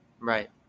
Right